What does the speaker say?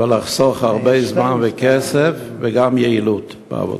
כדי לחסוך הרבה זמן וכסף וגם שתהיה יעילות בעבודה.